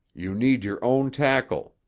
you need your own tackle.